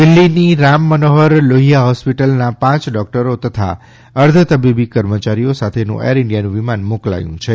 દિલ્હીની રામમનોહર લોહીયા હોસ્પીટલના પાંચ ડોકટરો તથા અર્ધતબીબી કર્મયારીઓ સાથેનું એર ઈન્ડીયાનું વિમાન મોકલાયું છે